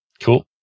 Cool